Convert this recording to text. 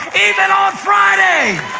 even on friday.